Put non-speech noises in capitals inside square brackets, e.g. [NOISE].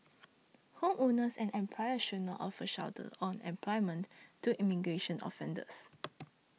homeowners and employers should not offer shelter or employment to immigration offenders [NOISE]